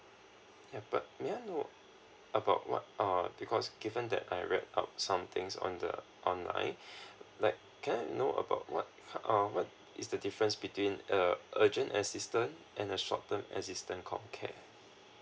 yeah but yeah uh about what uh because given that I read up some things on the online like can I know about what uh what is the difference between a urgent assistance and a short term assistance could care